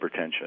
hypertension